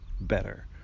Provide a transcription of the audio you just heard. better